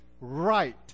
right